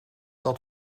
dat